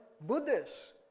Buddhists